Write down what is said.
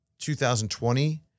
2020